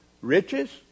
Riches